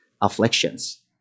afflictions